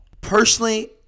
Personally